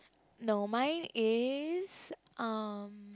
no mine is um